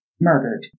murdered